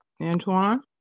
Antoine